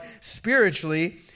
spiritually